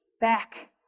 Back